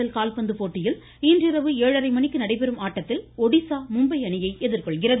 L கால்பந்து போட்டியில் இன்றிரவு ஏழரை மணிக்கு நடைபெறும் ஆட்டத்தில் ஒடிசா மும்பை அணியை எதிர்கொள்கிறது